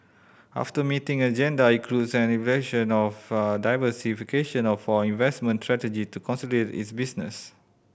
after meeting agenda includes an evaluation of a diversification investment strategy to consolidate its business